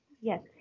Yes